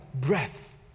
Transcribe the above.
breath